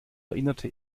erinnerte